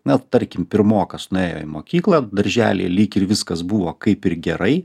na tarkim pirmokas nuėjo į mokyklą daržely lyg ir viskas buvo kaip ir gerai